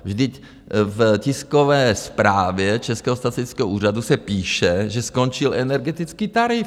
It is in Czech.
Vždyť v tiskové zprávě Českého statistického úřadu se píše, že skončil energetický tarif.